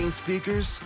speakers